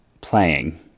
playing